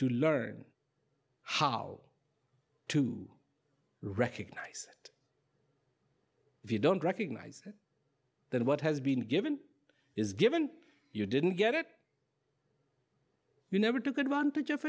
to learn how to recognize it if you don't recognize that what has been given is given you didn't get it you never took advantage of